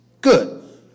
Good